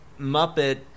Muppet